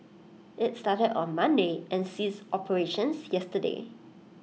IT started on Monday and ceased operations yesterday